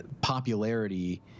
popularity